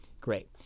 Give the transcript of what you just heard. great